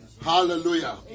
Hallelujah